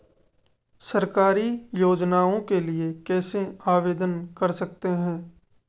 सरकारी योजनाओं के लिए कैसे आवेदन कर सकते हैं?